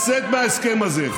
לצאת מההסכם הזה,